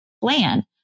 plan